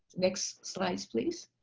next slide please.